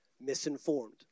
misinformed